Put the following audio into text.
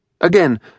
Again